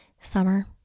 summer